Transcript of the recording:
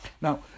now